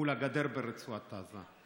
מול הגדר ברצועת עזה.